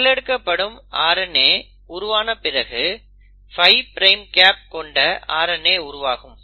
நகலெடுக்கப்படும் RNA உருவான பிறகு 5 prime cap கொண்ட RNA உருவாகும்